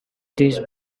these